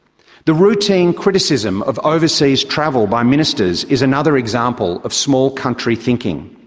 the routine criticism of overseas travel by ministers is another example of small-country thinking.